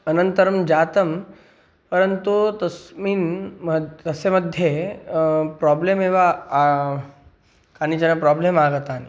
अनन्तरं जातं परन्तु तस्मिन् मम तस्य मध्ये प्राब्लम् एव कानिचन प्राब्लेम् आगतानि